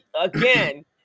again